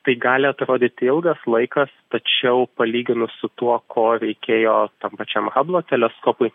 tai gali atrodyti ilgas laikas tačiau palyginus su tuo ko reikėjo tam pačiam hablo teleskopui